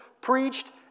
preached